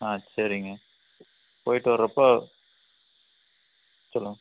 ஆ சரிங்க போயிட்டு வரப்போ சொல்லுங்கள்